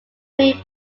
pre